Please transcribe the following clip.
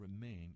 remain